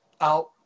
out